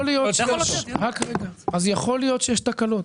אז יכול להיות שיש תקלות.